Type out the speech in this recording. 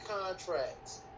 contracts